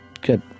Good